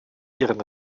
ihrem